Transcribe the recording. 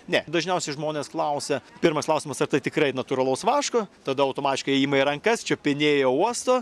ne dažniausiai žmonės klausia pirmas klausimas ar tai tikrai natūralaus vaško tada automatiškai ima į rankas čiupinėja uosto